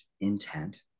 intent